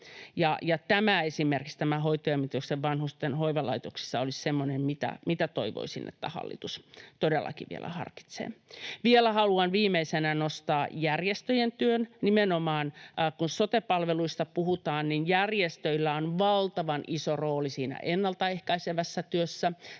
Esimerkiksi tämä hoitajamitoitus vanhusten hoivalaitoksissa olisi semmoinen, mitä toivoisin, että hallitus todellakin vielä harkitsee. Vielä haluan viimeisenä nostaa järjestöjen työn. Nimenomaan, kun sote-palveluista puhutaan, järjestöillä on valtavan iso rooli siinä ennaltaehkäisevässä työssä,